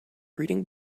reading